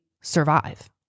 survive